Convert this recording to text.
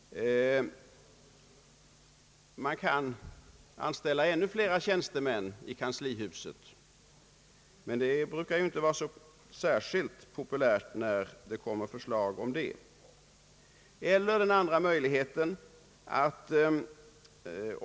Man kan anställa ännu fler tjänstemän i kanslihuset, men förslag härom brukar inte vara särskilt populära. En annan möjlighet finns också.